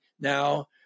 now